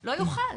לא יוכל.